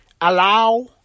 allow